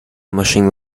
machine